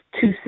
two